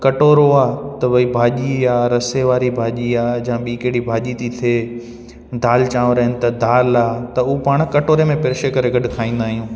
कटोरो आहे त भई भाॼी आहे रसे वारी भाॼी आहे या ॿी कहिड़ी भाॼी थिए दालि चांवर आहिनि त दालि आहे त उहा पाण कटोरे में प्रिष ए करे गॾु खाईंदा आहियूं